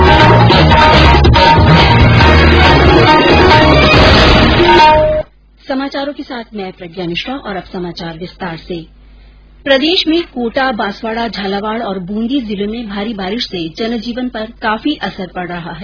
प्रदेश के कोटा बांसवाड़ा झालावाड़ और बूंदी जिले में भारी बारिश से जनजीवन पर काफी असर पड़ रहा है